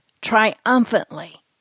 triumphantly